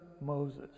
Moses